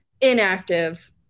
inactive